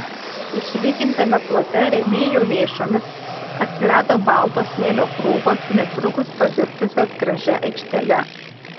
išlygintame plote rėmėjų lėšomis atsirado balto smėlio krūvos netrukus pavirtusios gražia aikštele